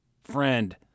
friend